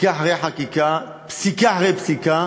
חקיקה אחרי חקיקה, פסיקה אחרי פסיקה,